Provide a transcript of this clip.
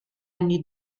anni